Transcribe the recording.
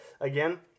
again